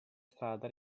strada